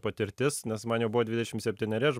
patirtis nes man jau buvo dvidešimt septyneri aš